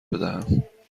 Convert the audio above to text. بدهم